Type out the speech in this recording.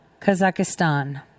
Kazakhstan